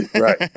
right